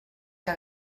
que